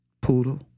Poodle